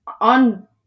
on